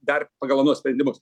dar pagal anuos sprendimus